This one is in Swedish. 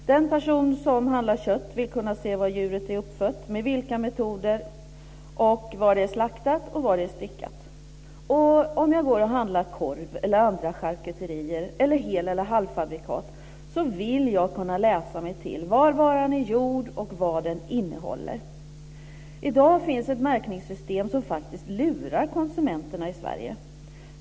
Den person som handlar kött vill kunna se var djuret är uppfött och med vilka metoder, var det är slaktat och var det är styckat. Om jag går och handlar korv eller andra charkuterier eller hel eller halvfabrikat, vill jag kunna läsa mig till var varan är gjord och vad den innehåller. I dag finns ett märkningssystem som faktiskt lurar konsumenterna i Sverige.